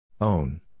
Own